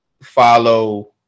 follow